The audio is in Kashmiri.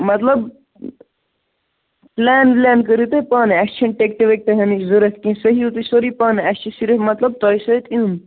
مطلب پُلین ؤلین کٔرِو تُہۍ پانَے اَسہِ چھِنہٕ ٹِکٹہٕ وِکٹہٕ ہٮ۪نٕچ ضروٗرت کِہیٖنٛی سُہ ہیٚیِو تُہۍ سٲری پانے اَسہِ چھِ صِرف مطلب تۄہہِ سۭتۍ یُن